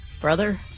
Brother